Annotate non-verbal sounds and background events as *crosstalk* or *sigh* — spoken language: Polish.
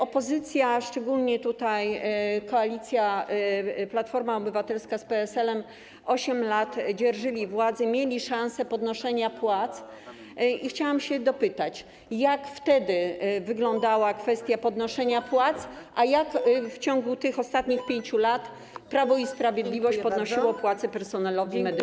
Opozycja, a szczególnie tutaj koalicja Platforma Obywatelska z PSL-em, 8 lat dzierżyła władzę, miała szansę na podnoszenie płac i dlatego chciałam dopytać: Jak wtedy wyglądała *noise* kwestia podnoszenia płac, a jak w ciągu tych ostatnich 5 lat Prawo i Sprawiedliwość podnosiło płace personelowi medycznemu?